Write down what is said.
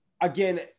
again